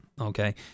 okay